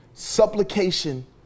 Supplication